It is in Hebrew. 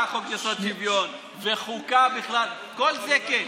חוק-יסוד: שוויון, וחוקה בכלל, כל זה כן.